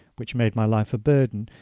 which made my life a burden,